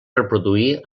reproduir